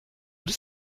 does